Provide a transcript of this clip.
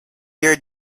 year